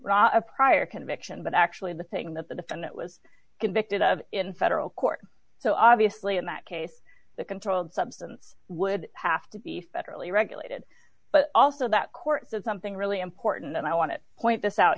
a prior conviction but actually the thing that the defendant was convicted of in federal court so obviously in that case the controlled substance would have to be federally regulated but also that court does something really important and i want to point this out